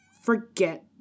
forget